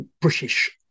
British